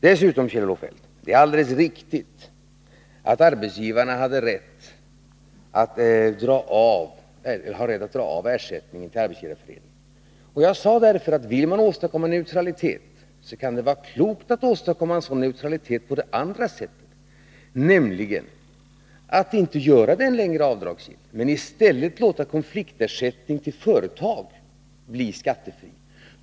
Dessutom, Kjell-Olof Feldt, är det alldeles riktigt att arbetsgivarna har rätt att dra av ersättningen till Arbetsgivareföreningen. Jag sade därför att om man vill åstadkomma neutralitet, kan det vara klokt att åstadkomma en sådan neutralitet på ett annat sätt, nämligen att inte längre göra den avdragsgill men att i stället låta konfliktersättning till företagen bli skattefri.